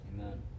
Amen